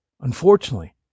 unfortunately